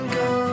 go